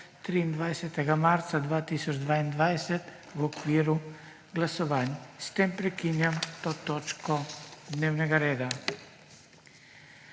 23. marca 2022 v okviru glasovanj. S tem prekinjam to točko dnevnega reda.